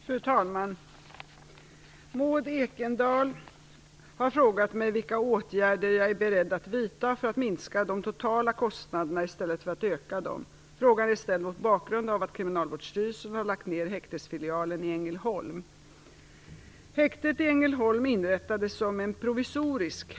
Fru talman! Maud Ekendahl har frågat mig vilka åtgärder jag är beredd att vidta för att minska de totala kostnaderna i stället för att öka dem. Frågan är ställd mot bakgrund av att Kriminalvårdsstyrelsen har lagt ned häktesfilialen i Ängelholm.